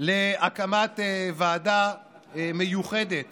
להקמת ועדה מיוחדת